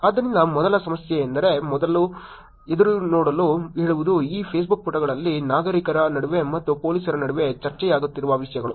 ಆದ್ದರಿಂದ ಮೊದಲ ಸಮಸ್ಯೆ ಎಂದರೆ ಮೊದಲು ಎದುರುನೋಡಲು ಹೇಳುವುದು ಈ ಫೇಸ್ಬುಕ್ ಪುಟಗಳಲ್ಲಿ ನಾಗರಿಕರ ನಡುವೆ ಮತ್ತು ಪೊಲೀಸರ ನಡುವೆ ಚರ್ಚೆಯಾಗುತ್ತಿರುವ ವಿಷಯಗಳು